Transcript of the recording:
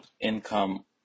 income